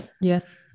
Yes